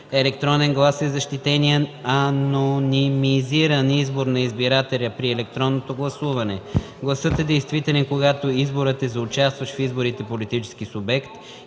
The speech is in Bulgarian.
„електронен глас” е защитен и анонимизиран избор на избирателя при електронното гласуване; гласът е действителен, когато изборът е за участващ в изборите политически субект